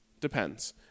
depends